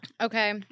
Okay